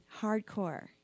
hardcore